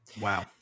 Wow